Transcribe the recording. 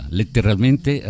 letteralmente